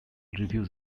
reviews